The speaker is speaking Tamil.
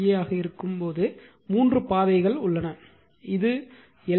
ஏ ஆக இருக்கும்போது மூன்று பாதைகள் உள்ளன இது எல்